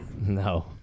No